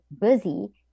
busy